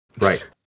right